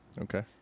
Okay